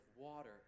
water